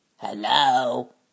Hello